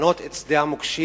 לפנות את שדה המוקשים,